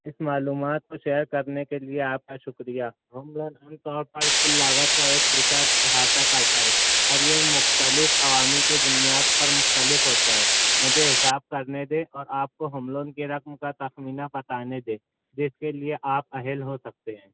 اس معلومات کو شیئر کرنے کے لیے آپ کا شکریہ ہوم لون عام طور پر کل لاگت کا ایک حصہ احاطہ کرتا ہے اور یہ مختلف عوامل کے بنیاد پر مختلف ہوتا ہے مجھے حساب کرنے دیں اور آپ کو ہوم لون کی رقم کا تخمینہ بتانے دیں جس کے لیے آپ اہل ہو سکتے ہیں